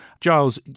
Giles